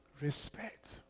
Respect